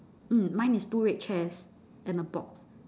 mm mine is two red chairs and a box